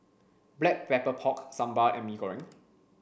black black pork sambal and Mee Goreng